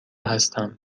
هستم